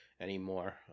anymore